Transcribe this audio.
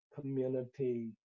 community